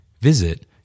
Visit